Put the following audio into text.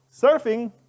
Surfing